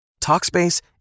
Talkspace